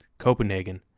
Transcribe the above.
copenhagen,